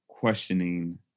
questioning